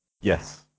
Yes